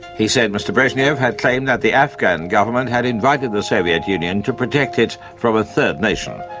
he said mr brezhnev had claimed that the afghan government had invited the soviet union to protect it from a third nation,